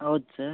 ಹೌದ್ ಸರ್